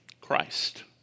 Christ